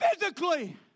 physically